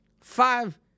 five